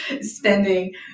spending